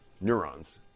neurons